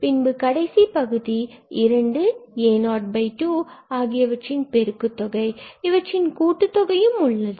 பின்பு கடைசி பகுதி 2 a02 ஆகியவற்றின் பெருக்குத் தொகை இவற்றின் கூட்டுத் தொகையும் இங்கு உள்ளது